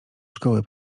szkoły